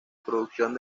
producción